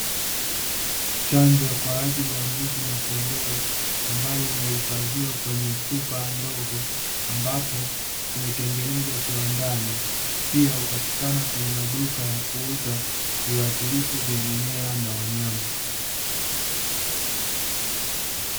Chanjo kwa ajili ya mbuzi na kondoo ambayo imehifadhiwa kwenye chupa ndogo, ambapo imetengenezwa kiwandani. Pia hupatikana kwenye maduka ya kuuza viuatilifu vya mimea na wanyama.